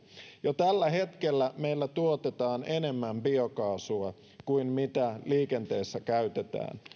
jo tällä hetkellä meillä tuotetaan enemmän biokaasua kuin mitä liikenteessä käytetään